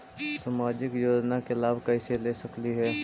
सामाजिक योजना के लाभ कैसे ले सकली हे?